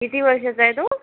किती वर्षाचा आहे तो